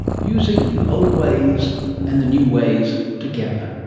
using the old ways and the new ways together.